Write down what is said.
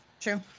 True